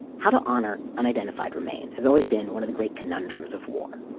how to honor unidentified remains has always been one of the great conundrums of war.